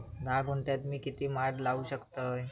धा गुंठयात मी किती माड लावू शकतय?